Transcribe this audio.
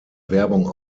werbung